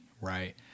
right